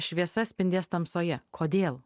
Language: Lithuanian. šviesa spindės tamsoje kodėl